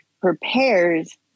prepares